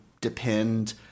depend